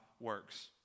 works